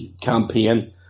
campaign